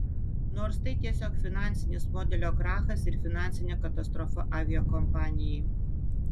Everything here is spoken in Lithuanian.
nors tai tiesiog finansinis modelio krachas ir finansinė katastrofa aviakompanijai